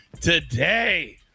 today